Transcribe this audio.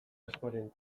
askoren